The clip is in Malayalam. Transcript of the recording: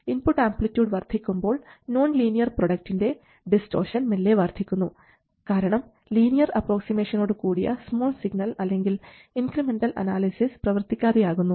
ഇൻപുട്ട് ആംപ്ലിറ്റ്യൂഡ് വർദ്ധിക്കുമ്പോൾ നോൺലീനിയർ പ്രൊഡക്റ്റിൻറെ ഡിസ്റ്റോഷൻ മെല്ലെ വർദ്ധിക്കുന്നു കാരണം ലീനിയർ അപ്രോക്സിമേഷനോട് കൂടിയ സ്മാൾ സിഗ്നൽ അല്ലെങ്കിൽ ഇൻക്രിമെൻറൽ അനാലിസിസ് പ്രവർത്തിക്കാതെ ആകുന്നു